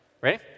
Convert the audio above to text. Ready